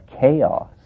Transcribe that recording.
chaos